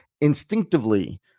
instinctively